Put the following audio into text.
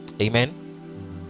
Amen